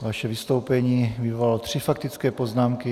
Vaše vystoupení vyvolalo tři faktické poznámky.